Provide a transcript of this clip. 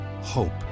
hope